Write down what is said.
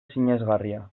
sinesgarria